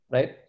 Right